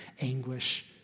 anguish